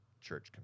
church